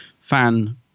fan